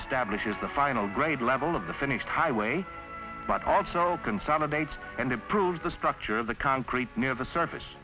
establishes the final grade level of the finished highway but also to date and improve the structure of the concrete near the surface